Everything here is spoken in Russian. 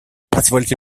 позвольте